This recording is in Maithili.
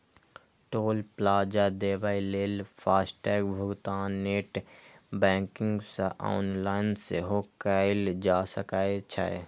टोल प्लाजा देबय लेल फास्टैग भुगतान नेट बैंकिंग सं ऑनलाइन सेहो कैल जा सकै छै